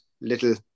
little